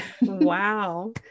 Wow